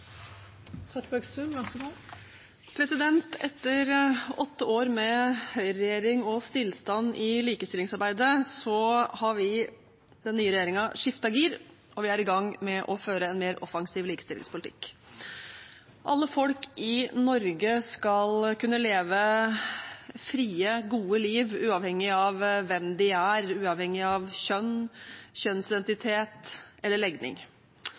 nye regjeringen, skiftet gir, og vi er i gang med å føre en mer offensiv likestillingspolitikk. Alle folk i Norge skal kunne leve et fritt, godt liv uavhengig av hvem de er, og uavhengig av kjønn,